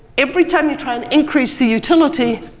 every time you try and increase the utility,